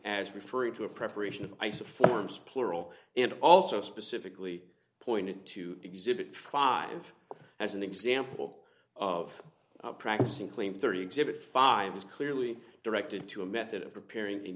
as referring to a preparation of ice of forms plural and also specifically pointed to exhibit five as an example of practicing clean thirty exhibit five is clearly directed to a method of preparing the